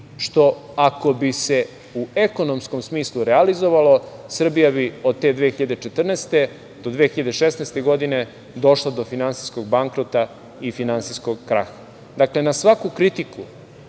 što, ako bi se u ekonomskom smislu realizovalo, Srbija bi od te 2014. do 2016. Godine došla do finansijskog bankrota i finansijskog kraha. Dakle, na svaku kritiku